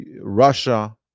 Russia